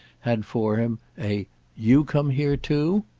had for him a you come here too?